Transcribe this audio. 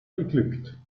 geglückt